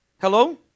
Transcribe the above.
Hello